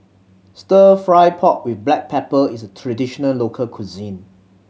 Stir Fry pork with black pepper is a traditional local cuisine